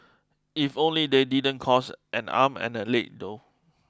if only they didn't cost and arm and a leg though